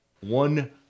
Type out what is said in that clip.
One